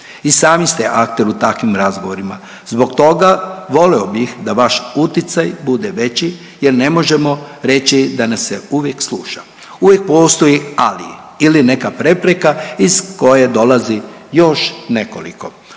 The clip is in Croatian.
i sami ste akter u takvim razgovorima. Zbog toga volio bih da vaš uticaj bude veći jer ne možemo reći da nas se uvijek sluša, uvijek postoji ali ili neka prepreka iz koje dolazi još nekoliko.